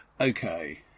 Okay